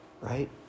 right